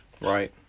Right